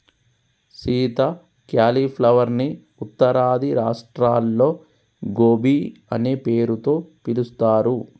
Sita cauliflower ని ఉత్తరాది రాష్ట్రాల్లో గోబీ అనే పేరుతో పిలుస్తారు